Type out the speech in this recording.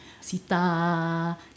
sita